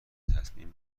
تصمیم